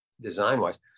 design-wise